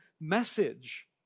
message